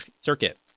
Circuit